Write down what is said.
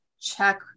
check